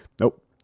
nope